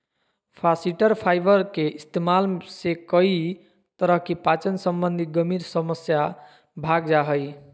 फास्इटर फाइबर के इस्तेमाल से कई तरह की पाचन संबंधी गंभीर समस्या भाग जा हइ